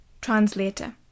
Translator